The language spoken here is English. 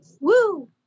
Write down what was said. Woo